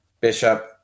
Bishop